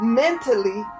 mentally